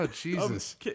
Jesus